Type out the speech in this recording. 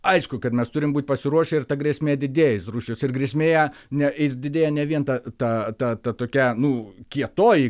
aišku kad mes turim būt pasiruošę ir ta grėsmė didėja iš rusijos ir grėsmėja ne ir didėja ne vien ta ta ta ta tokia nu kietoji